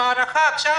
המערכה עכשיו